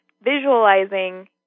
Visualizing